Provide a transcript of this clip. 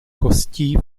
kostí